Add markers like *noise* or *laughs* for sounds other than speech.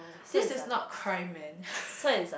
this is not crime man *laughs*